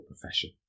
profession